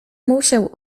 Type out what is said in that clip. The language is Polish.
musiał